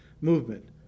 movement